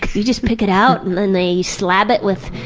you just pick it out and then they slab it with.